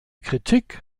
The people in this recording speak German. kritik